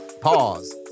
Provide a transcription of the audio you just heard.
Pause